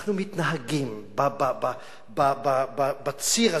ואנחנו מתנהגים בציר הזה,